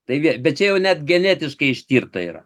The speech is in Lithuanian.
tai vie bet čia jau net genetiškai ištirta yra